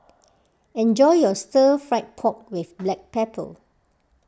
enjoy your Stir Fried Pork with Black Pepper